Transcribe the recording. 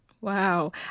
Wow